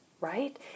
right